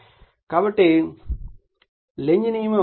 కాబట్టి లెంజ్ నియమం ఇది వాస్తవానికి V1 E1